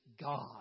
God